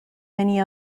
many